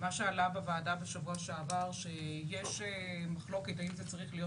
מה שעלה בוועדה בשבוע שעבר שיש מחלוקת האם זה צריך להיות